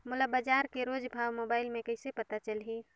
मोला बजार के रोज भाव मोबाइल मे कइसे पता चलही?